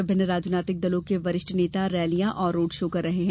विभिन्न राजनीतिक दलों के वरिष्ठ नेता रैलियां और रोड शो कर रहे हैं